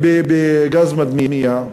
בגז מדמיע,